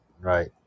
right